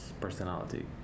personality